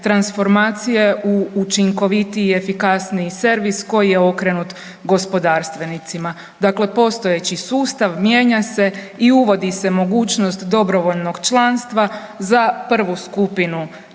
transformacije u učinkovitiji i efikasniji servis koji je okrenut gospodarstvenicima. Dakle, postojeći sustav mijenja se i uvodi se mogućnost dobrovoljnog članstva za prvu skupinu